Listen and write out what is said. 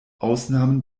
ausnahmen